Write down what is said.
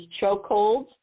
chokeholds